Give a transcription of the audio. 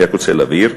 אני רק רוצה להבהיר.